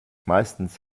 meistens